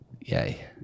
Yay